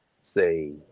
say